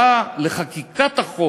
פיוס שהם לא רק top down,